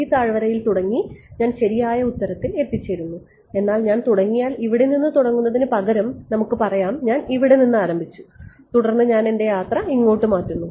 ഈ താഴ്വരയിൽ തുടങ്ങി ഞാൻ ശരിയായ ഉത്തരത്തിൽ എത്തിച്ചേരുന്നു എന്നാൽ ഞാൻ തുടങ്ങിയാൽ ഇവിടെ തുടങ്ങുന്നതിനുപകരം നമുക്ക് പറയാം ഞാൻ ഇവിടെ നിന്ന് ആരംഭിച്ചു തുടർന്ന് ഞാൻ എന്റെ യാത്ര ഇങ്ങോട്ട് മാറ്റുന്നു